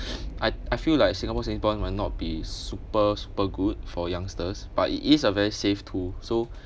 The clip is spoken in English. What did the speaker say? I I feel like singapore saving bond not be super super good for youngsters but it is a very safe tool so